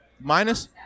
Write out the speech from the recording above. Minus